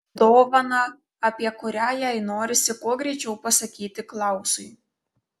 dovaną apie kurią jai norisi kuo greičiau pasakyti klausui